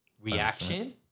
reaction